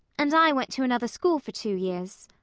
and i went to another school for two years.